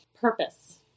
purpose